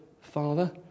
Father